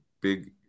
big